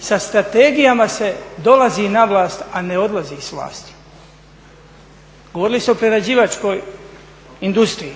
Sa strategijama se dolazi na vlast, a ne odlazi s vlasti. Govorili ste o prerađivačkoj industriji.